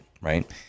right